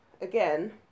again